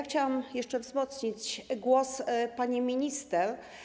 Chciałam jeszcze wzmocnić głos pani minister.